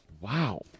Wow